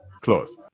close